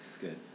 good